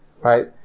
right